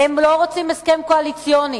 הם לא רוצים הסכם קואליציוני,